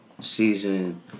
season